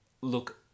look